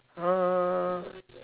uh